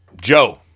Joe